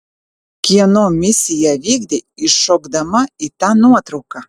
kieno misiją vykdei įšokdama į tą nuotrauką